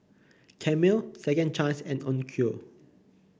Camel Second Chance and Onkyo